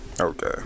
Okay